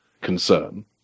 concern